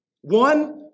One